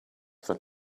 that